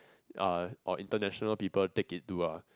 uh or international people take it to ah